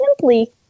simply